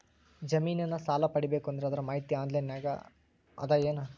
ಜಮಿನ ಸಾಲಾ ಪಡಿಬೇಕು ಅಂದ್ರ ಅದರ ಮಾಹಿತಿ ಆನ್ಲೈನ್ ನಾಗ ಅದ ಏನು?